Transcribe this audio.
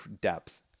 depth